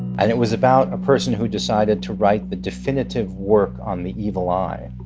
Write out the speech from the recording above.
and it was about a person who decided to write the definitive work on the evil eye.